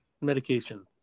medication